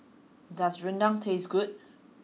does rendang taste good